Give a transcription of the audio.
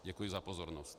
Děkuji za pozornost.